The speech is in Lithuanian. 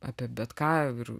apie bet ką ir